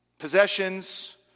Possessions